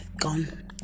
gone